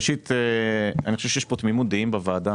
ראשית, אני חושב שיש פה תמימות דעים בוועדה